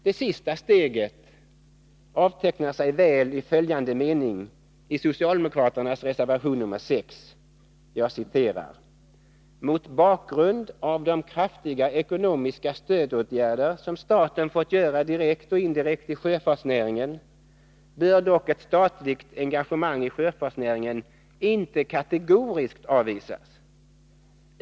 Det sista steget avtecknar sig väl i följande meningar i socialdemokraternas reservation nr 6: ”Mot bakgrund av de kraftiga ekonomiska stödåtgärder som staten fått göra direkt eller indirekt i sjöfartsnäringen bör dock ett statligt ägarengagemang i sjöfartsnäringen inte kategoriskt avvisas.